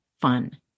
fun